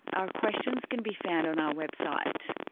our questions can be found on our website.